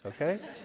okay